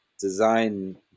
design